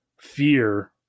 fear